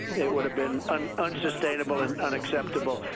it would have been um unsustainable and unacceptable.